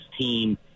team